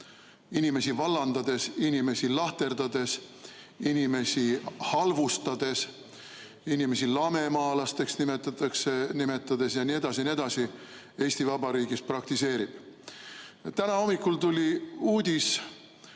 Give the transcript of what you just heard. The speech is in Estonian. inimesi vallandades, inimesi lahterdades, inimesi halvustades, inimesi lamemaalasteks nimetades jne, jne Eesti Vabariigis praktiseerib. Täna hommikul tuli uudis,